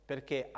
Perché